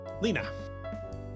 Lena